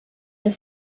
der